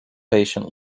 patient